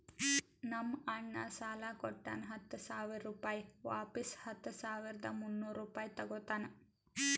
ನಮ್ ಅಣ್ಣಾ ಸಾಲಾ ಕೊಟ್ಟಾನ ಹತ್ತ ಸಾವಿರ ರುಪಾಯಿ ವಾಪಿಸ್ ಹತ್ತ ಸಾವಿರದ ಮುನ್ನೂರ್ ರುಪಾಯಿ ತಗೋತ್ತಾನ್